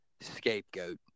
scapegoat